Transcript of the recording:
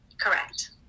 correct